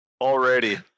Already